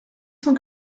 cent